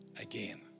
again